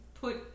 put